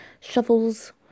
shovels